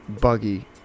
buggy